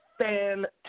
Fantastic